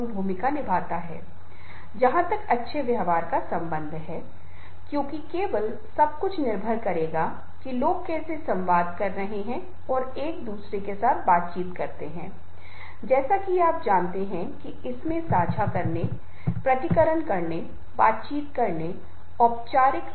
एक व्यक्ति किस तरह की भाषा बोल रहा है और यहां यह बहुत महत्वपूर्ण है जब मैं यह कह रहा हूं कि अपनी भाषा में लोगों से बात करें जब मैं उनकी अपनी भाषा में कहता हूं तो इसका मतलब यह नहीं है कि वह भाषा जो कोई व्यक्ति बोल रहा है क्योंकि भाषा के भीतर एक भाषा है